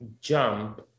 jump